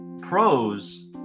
pros